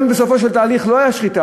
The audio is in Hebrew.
גם אם בסופו של תהליך לא הייתה שחיטה,